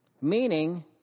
Meaning